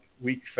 week